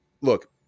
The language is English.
look